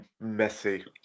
messy